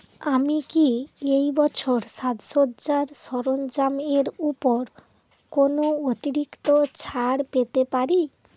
আমি কি এই বছর সাজসজ্জার সরঞ্জাম এর উপর কোনও অতিরিক্ত ছাড় পেতে পারি